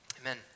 Amen